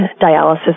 dialysis